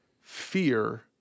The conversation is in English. fear